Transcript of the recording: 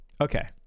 Okay